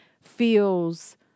feels